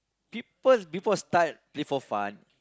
people before start before fun